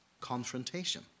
confrontation